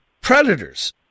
predators